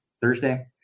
Thursday